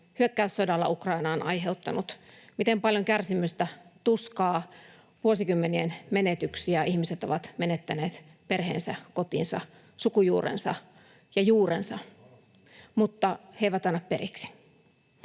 hyökkäyssodalla Ukrainaan aiheuttanut — miten paljon kärsimystä, tuskaa, vuosikymmenien menetyksiä. Ihmiset ovat menettäneet perheensä, kotinsa, sukujuurensa ja juurensa, mutta he eivät anna periksi.